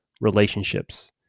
relationships